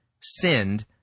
sinned